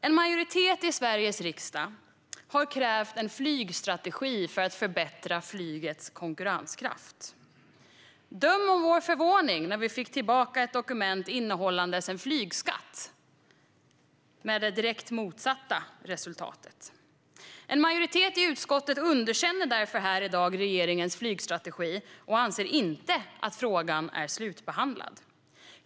En majoritet i Sveriges riksdag har krävt en flygstrategi för att förbättra flygets konkurrenskraft. Döm om vår förvåning när vi fick tillbaka ett dokument innehållande en flygskatt, med det direkt motsatta resultatet. En majoritet i utskottet underkänner därför här i dag regeringens flygstrategi och anser inte att frågan är slutbehandlad.